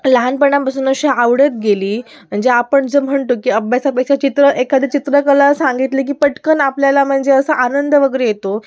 लहानपणापासून अशी आवडत गेली म्हणजे आपण जे म्हणतो की अभ्यासापेक्षा चित्र एखादी चित्रकला सांगितली की पटकन आपल्याला म्हणजे असं आनंद वगैरे येतो